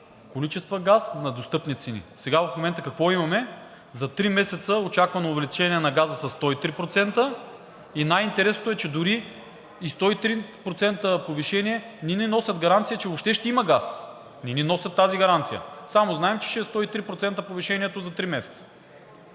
количества газ на достъпни цени! Сега в момента какво имаме? За три месеца очаквано увеличение на газа със 103%, и най-интересното е, че дори и 103% повишение не ни носят гаранция, че въобще ще има газ, не ни носят тази гаранция. Само знаем, че ще е 103% повишението за три месеца.